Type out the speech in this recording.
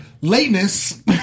lateness